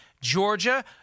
Georgia